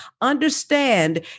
understand